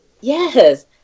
Yes